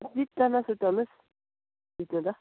जित्छ नसुर्ताउनुहोस् जित्नु त